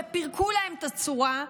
ופירקו להם את הצורה,